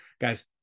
Guys